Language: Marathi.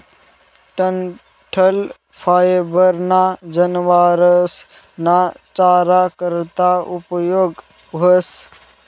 डंठल फायबर ना जनावरस ना चारा करता उपयोग व्हस